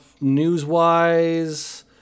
news-wise